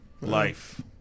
Life